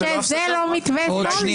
בסך הכול הוא אמר שזה לא מתווה סולברג.